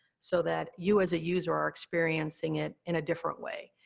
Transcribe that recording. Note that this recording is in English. so that you as a user are experiencing it in a different way.